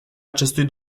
acestui